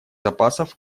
запасов